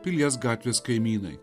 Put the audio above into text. pilies gatvės kaimynai